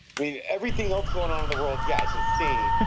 mean, everything else going on in the world. yeah, it's insane.